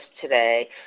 today